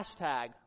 hashtag